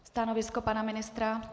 Stanovisko pana ministra?